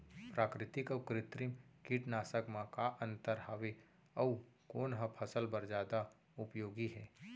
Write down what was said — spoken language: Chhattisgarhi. प्राकृतिक अऊ कृत्रिम कीटनाशक मा का अन्तर हावे अऊ कोन ह फसल बर जादा उपयोगी हे?